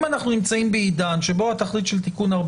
אם אנחנו נמצאים בעידן שבו התכלית של תיקון 14